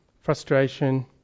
frustration